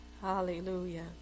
Hallelujah